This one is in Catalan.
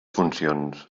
funcions